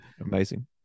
Amazing